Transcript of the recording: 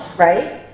right?